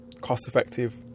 cost-effective